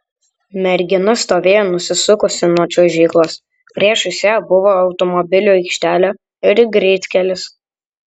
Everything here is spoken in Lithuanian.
mergina stovėjo nusisukusi nuo čiuožyklos priešais ją buvo automobilių aikštelė ir greitkelis